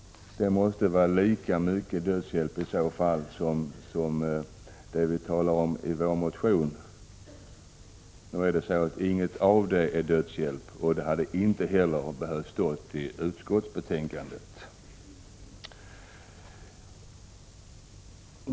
Det måste i så fall vara lika mycket av dödshjälp som i det fall som vi talar om i vår motion. Men i ingetdera fallet är det fråga om dödshjälp, och då hade det inte heller behövt stå så i utskottsbetänkandet.